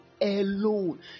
alone